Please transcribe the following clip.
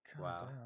wow